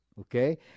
Okay